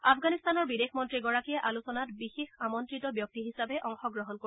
আফগানিস্তানৰ বিদেশমন্ত্ৰীগৰাকীয়ে আলোচনাত বিশেষ আমন্তিত ব্যক্তি হিচাপে অংশগ্ৰহণ কৰিব